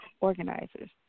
organizers